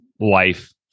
life